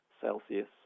Celsius